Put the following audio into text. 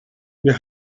wir